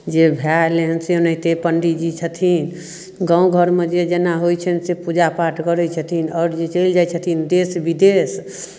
जे भए अयलै हन से ओनाहिते पण्डिजी छथिन गाम घरमे जे जेना होइत छनि से पूजापाठ करैत छथिन आओर जे चलि जाइत छथिन देश विदेश